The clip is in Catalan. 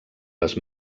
les